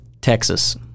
Texas